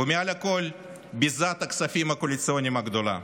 ומעל הכול, ביזת הכספים הקואליציוניים הגדולה.